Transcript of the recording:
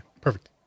Perfect